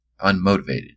unmotivated